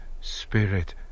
spirit